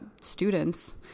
students